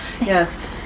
Yes